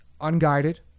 unguided